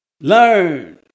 Learn